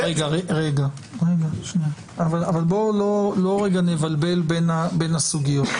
בוא לא נבלבל בין הסוגיות.